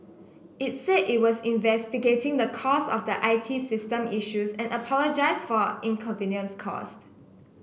it said it was investigating the cause of the I T system issues and apologised for inconvenience caused